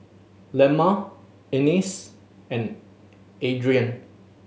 Lemma Ennis and Adrien